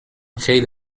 خیلی